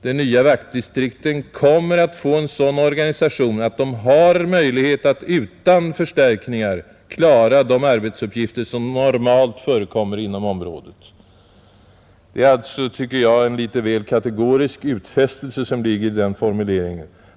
De nya vaktdistrikten kommer att få en sådan organisation att de har möjlighet att utan förstärkningar klara de arbetsuppgifter som normalt förekommer inom området.” Detta är, tycker jag, en litet väl kategorisk utfästelse.